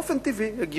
באופן טבעי, הגיוני.